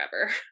forever